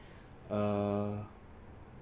uh